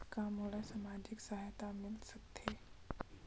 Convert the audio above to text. का मोला सामाजिक सहायता मिल सकथे?